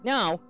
Now